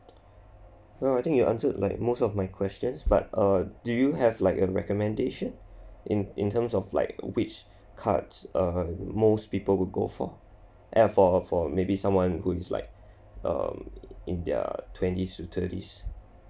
well I think you answered like most of my questions but uh do you have like a recommendation in in terms of like which cards err most people would go for a for a for maybe someone who is like um in their twenties to thirties